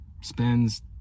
spends